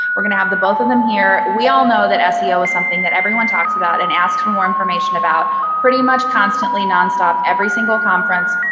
we're going to have the both of them here. we all know that seo is something that everyone talks about and ask for more information about pretty much constantly, nonstop, every single conference,